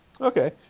Okay